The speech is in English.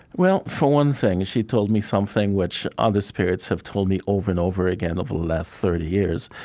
well for one thing she told me something which other spirits have told me over and over again over the last thirty years.